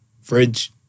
Fridge